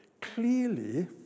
Clearly